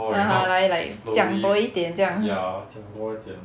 ah !huh! like like 讲多一点这样